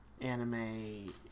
anime